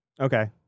Okay